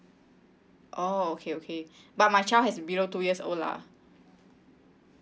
oh okay okay but my child is below two years old lah